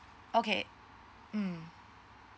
okay mm